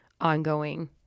ongoing